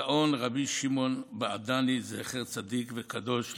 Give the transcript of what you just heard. הגאון רבי שמעון בעדני, זכר צדיק וקדוש לברכה.